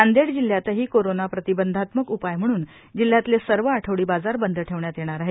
नांदेड जिल्ह्यातही कोरोना प्रतिबंधात्मक उपाय म्हणून जिल्ह्यातले सर्व आठवडी बाजार बंद ठेवण्यात येणार आहेत